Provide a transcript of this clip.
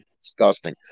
disgusting